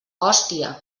hòstia